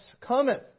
cometh